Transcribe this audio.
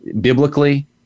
biblically